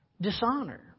dishonor